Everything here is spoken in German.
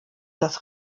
das